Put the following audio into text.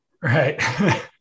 right